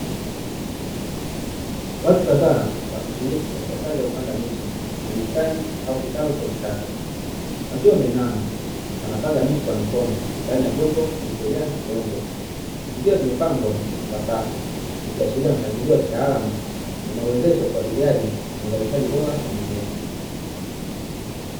Watu kadhaa wakishiriki katika kazi ya kupanda miche ya bustani au kitalu cha kisasa, wakiwa wameinama wanapanda miche kwa mikono ndani ya vyombo vilivyojaa udongo, vikiwa vimepangwa kwa fasaha, ikiashiria mpangilio wa kitaalamu, unaowezesha ufuatiliaji na uzalishaji bora wa mimea.